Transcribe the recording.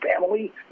family